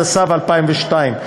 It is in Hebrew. התשס"ב 2002,